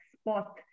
spot